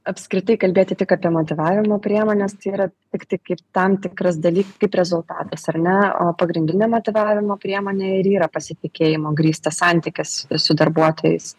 apskritai kalbėti tik apie motyvavimo priemones tai yra tiktai kaip tam tikras dalyk kaip rezultatas ar ne o pagrindinė motyvavimo priemonė ir yra pasitikėjimu grįstas santykis su darbuotojais